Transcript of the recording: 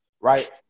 right